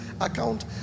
account